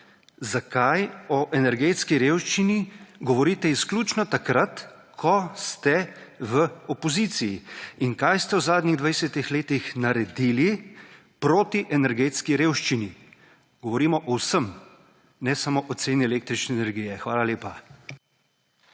zakaj o energetski revščini govorite izključno takrat, ko ste v opoziciji. In kaj ste v zadnjih 20-ih letih naredili proti energetski revščini? Govorimo o vsem, ne samo o ceni električne energije. Hvala lepa.